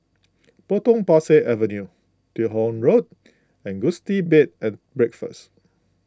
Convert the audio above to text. Potong Pasir Avenue Teo Hong Road and Gusti Bed and Breakfast